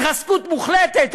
התרסקות מוחלטת.